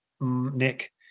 Nick